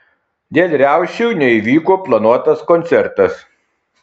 dėl riaušių neįvyko planuotas koncertas